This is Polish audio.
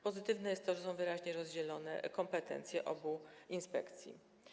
Pozytywne jest to, że są wyraźnie rozdzielone kompetencje obu inspekcji.